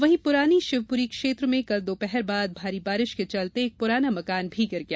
वहीं पुरानी शिवपुरी क्षेत्र में कल दोपहर बाद भारी बारिश के चलते एक पुराना मकान भी गिर गया